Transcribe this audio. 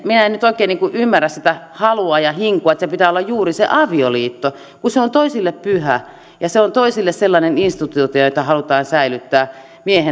minä en nyt oikein ymmärrä sitä halua ja hinkua että sen pitää olla juuri se avioliitto kun se on toisille pyhä ja se on toisille sellainen instituutio jota halutaan säilyttää miehen